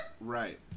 Right